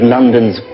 London's